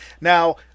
Now